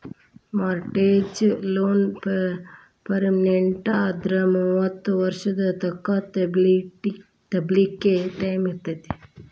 mortgage loan ಪೆಮೆನ್ಟಾದ್ರ ಮೂವತ್ತ್ ವರ್ಷದ್ ತಂಕಾ ತುಂಬ್ಲಿಕ್ಕೆ ಟೈಮಿರ್ತೇತಿ